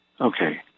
Okay